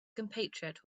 compatriot